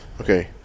Okay